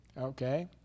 Okay